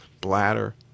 bladder